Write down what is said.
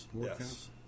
Yes